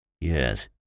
Yes